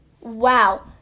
Wow